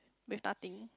with nothing